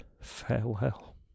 farewell